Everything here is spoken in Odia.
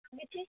କିଛି